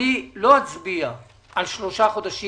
אני לא אצביע על שלושה חודשים,